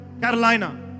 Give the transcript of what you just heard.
Carolina